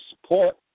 support